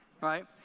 right